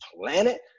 planet